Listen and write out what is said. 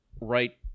right